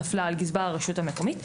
על גזבר הרשות המקומית,